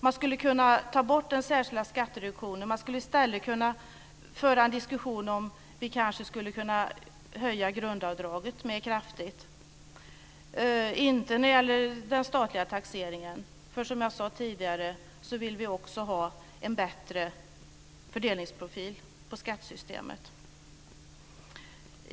Man skulle också kunna avskaffa den särskilda skattereduktionen och i stället föra en diskussion om möjligheterna att eventuellt höja grundavdraget ytterligare, dock inte i den statliga taxeringen. Som jag tidigare vill vi nämligen också ha en bättre fördelningsprofil på skattesystemet.